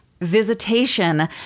visitation